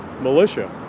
militia